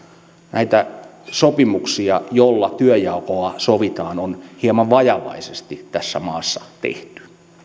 näitä sopimuksia joilla työnjakoa sovitaan on hieman vajavaisesti tässä maassa tehty